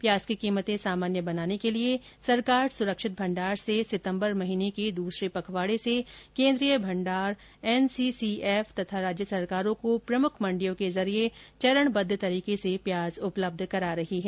प्याज की क्रीमतें सामान्य बनाने के लिए सरकार सुरक्षित भंडार से सितम्बर महीने के द्वसरे पखवाई से केन्द्रीय भंडा एनसीसीएफ तथा राज्य सरकारों को प्रमुख मंडियों के जरिए चरणक्क तरीके से प्याज उपलब्ध करा रही है